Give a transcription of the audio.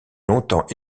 longtemps